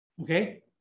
okay